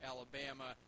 Alabama